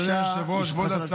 אדוני היושב-ראש,